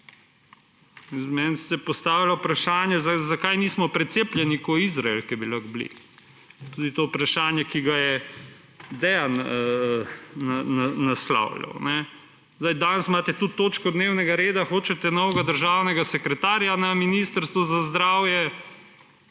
Meni se postavlja vprašanje, zakaj nismo precepljeni kot Izrael, ko bi lahko bili. Tudi to vprašanje, ki ga je Dejan naslavljal. Danes imate tudi točko dnevnega reda, hočeta novega državnega sekretarja na Ministrstvu za zdravje.